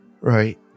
right